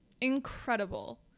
Incredible